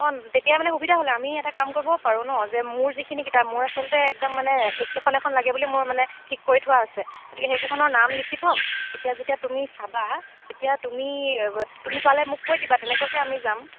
অ' তেতিয়া মানে সুবিধা হ'ল হয় আমি এটা কাম কৰিবও পাৰো ন যে মোৰ যিখিনি কিতাপ মোৰ আছলতে একদম মানে এইখন এইখন লাগে বুলি মোৰ মানে ঠিক কৰি থোৱা আছে গতিকে সেইকেইখনৰ নাম লিখি থম তেতিয়া যেতিয়া তুমি চাবা তেতিয়া তুমি তুমি পালে মোক কৈ দিবা তেনেকুৱাকৈ আমি যাম